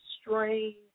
strange